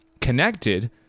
connected